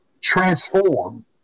transform